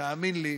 תאמין לי,